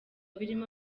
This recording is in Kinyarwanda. birimo